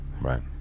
Right